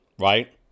right